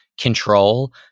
control